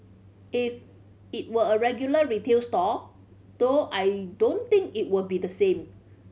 if it were a regular retail store though I don't think it would be the same